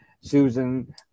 Susan